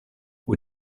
who